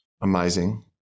amazing